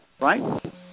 right